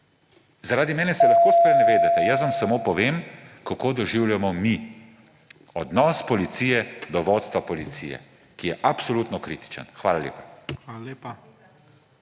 Zaradi mene se lahko sprenevedate, jaz vam samo povem, kako doživljamo mi odnos policije do vodstva policije, ki je absolutno kritičen. Hvala lepa.